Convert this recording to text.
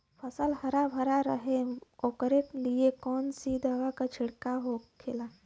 फसल हरा भरा रहे वोकरे लिए कौन सी दवा का छिड़काव होखेला?